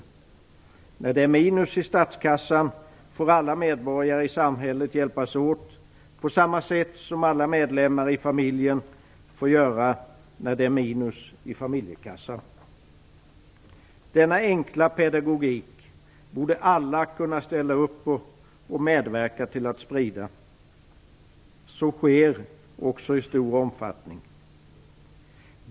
När det är minus i statskassan får alla medborgare i samhället hjälpas åt, på samma sätt som alla medlemmar i familjen får hjälpas åt när det är minus i familjekassan. Denna enkla pedagogik borde alla kunna ställa upp på och medverka till att sprida. Så sker också i stor omfattning.